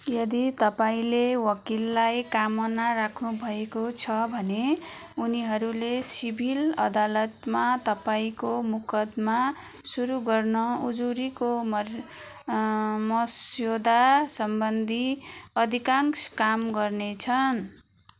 यदि तपाईँँले वकिललाई काममा राख्नुभएको छ भने उनीहरूले सिभिल अदालतमा तपाईँँको मुकदमा सुरु गर्न उजुरीको मस्यौ मस्यौदा सम्बन्धी अधिकांश काम गर्नेछन्